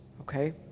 okay